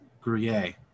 Gruyere